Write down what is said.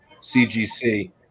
CGC